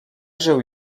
żył